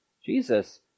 Jesus